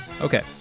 Okay